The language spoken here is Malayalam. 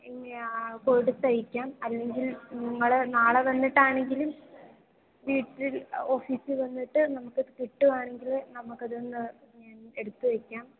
കൊടുത്തയയ്ക്കാം അല്ലെങ്കിൽ നിങ്ങൾ നാളെ വന്നിട്ടാണെങ്കിലും വീട്ടിൽ ഓഫീസിൽ വന്നിട്ട് നമുക്കത് കിട്ടുകയാണെങ്കിൽ നമുക്കതൊന്ന് എടുത്തു വയ്ക്കാം